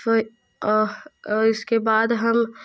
फिर और इसके बाद हम